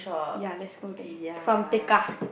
ya let's go there from Tekka